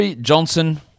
Johnson